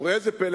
וראה זה פלא,